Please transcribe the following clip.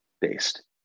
based